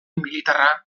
militarra